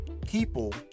People